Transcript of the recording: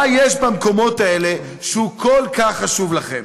מה יש במקומות האלה שהוא כל כך חשוב לכם?